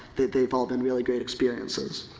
they, they've all been really great experiences.